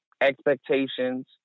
expectations